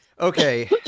Okay